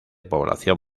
población